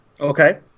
Okay